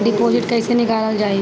Deposit कैसे निकालल जाइ?